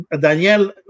Daniel